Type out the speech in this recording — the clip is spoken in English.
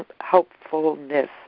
helpfulness